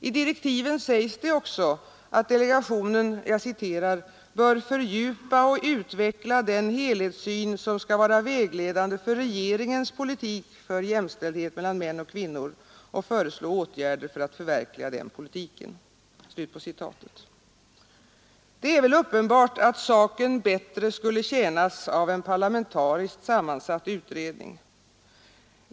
I direktiven sägs det också att delegationen ”bör fördjupa och utveckla den helhetssyn som skall vara vägledande för regeringens politik för jämställdhet mellan män och kvinnor och föreslå åtgärder för att förverkliga denna politik ———”. Uppenbart är att saken bättre skulle tjänas av en parlamentariskt sammansatt utredning.